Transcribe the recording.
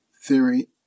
theory